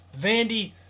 Vandy